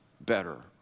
better